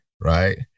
right